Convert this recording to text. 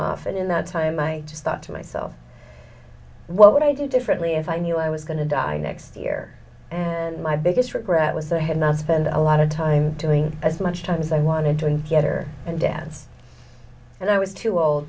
off and in that time i just thought to myself what would i do differently if i knew i was going to die next year and my biggest regret was that i had not spent a lot of time doing as much time as i wanted to and yet are and dance and i was too old